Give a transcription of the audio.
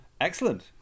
excellent